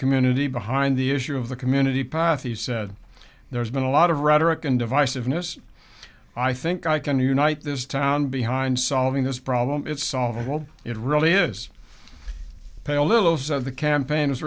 community behind the issue of the community path he said there's been a lot of rhetoric and divisiveness i think i can unite this town behind solving this problem it's solved well it really is pay a little of the campaign